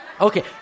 Okay